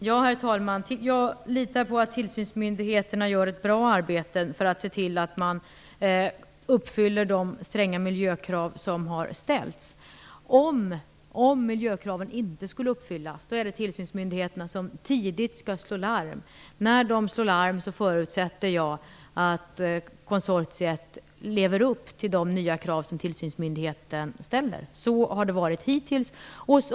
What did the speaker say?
Herr talman! Jag litar på att tillsynsmyndigheterna gör ett bra arbete för att se till att man uppfyller de stränga miljökrav som har ställts. Om miljökraven inte skulle uppfyllas är det tillsynsmyndigheterna som tidigt skall slå larm. När de slår larm förutsätter jag att konsortiet lever upp till de nya krav som tillsynsmyndigheterna ställer. Så har det varit hittills.